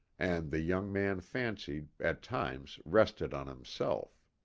and, the young man fancied, at times rested on himself.